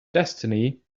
destiny